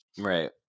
Right